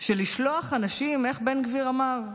של לשלוח אנשים איך בן גביר אמר?